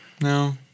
no